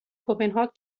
کپنهاک